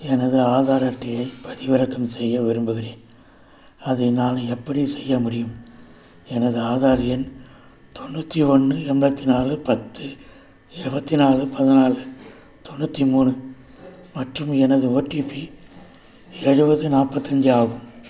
எனது ஆதார் அட்டையை பதிவிறக்கம் செய்ய விரும்புகிறேன் அதை நான் எப்படிச் செய்ய முடியும் எனது ஆதார் எண் தொண்ணூற்றி ஒன்று எண்பத்தி நாலு பத்து இருவத்தி நாலு பதினாலு தொண்ணூற்றி மூணு மற்றும் எனது ஓடிபி எழுபது நாற்பத்தஞ்சி ஆகும்